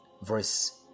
Verse